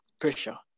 pressure